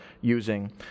using